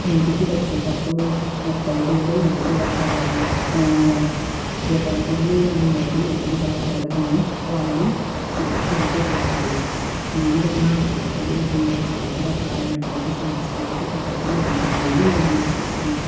ఇంటికి వచ్చేటప్పుడు ముత్తయిదువులే ఎదురు రావాలని వితంతువులు గాని ఎవరు ఎదురు రాకూడదని వాళ్ళు చూసుకుంటూ ఉంటారు ఈ విధంగా భారతదేశంలో చాలా రకాలైనటువంటి సాంస్కృతిక పద్ధతులు ఉన్నాయి ఏది ఏమైనప్పటికీ